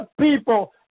people